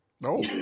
No